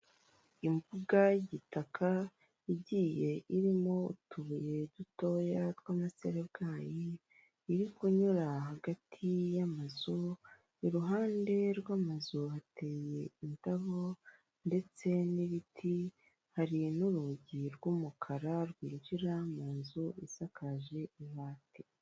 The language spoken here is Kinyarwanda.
Imbuga y'igitaka igiye irimo utubuye dutoya tw'amaserebwayi iri kunyura hagati y'amazu iruhande rw'amazu hateye indabo ndetse n'ibiti hari n'urugi rw'umukara rwinjira mu nzu isakaje ibati.